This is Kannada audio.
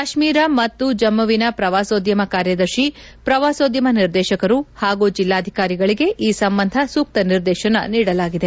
ಕಾಶ್ಮೀರ ಮತ್ತು ಜಮ್ಮವಿನ ಪ್ರವಾಸೋದ್ಯಮ ಕಾರ್ಯದರ್ಶಿ ಪ್ರವಾಸೋದ್ಯಮ ನಿರ್ದೇಶಕರು ಹಾಗೂ ಜಿಲ್ಲಾಧಿಕಾರಿಗಳಿಗೆ ಈ ಸಂಬಂಧ ಸೂಕ್ತ ನಿರ್ದೇಶನ ನೀಡಲಾಗಿದೆ